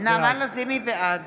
בעד